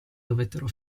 dovettero